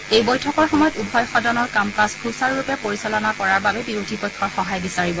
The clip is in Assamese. এই বৈঠকৰ সময়ত উভয় সদনৰ কাম কাজ সুচাৰুৰূপে পৰিচালনা কৰাৰ বাবে বিৰোধীপক্ষৰ সহায় বিচাৰিব